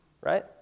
right